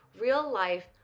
real-life